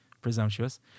presumptuous